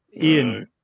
Ian